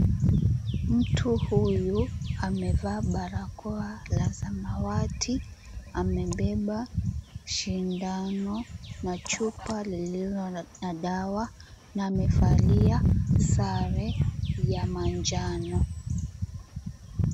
Mtu huyu amevaa barakoa la samawati, amebeba shindano na chupa lililo na dawa na amevalia sare ya manjano.